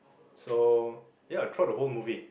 so ya throughout the whole movie